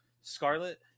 Scarlet